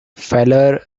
feller